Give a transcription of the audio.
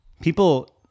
People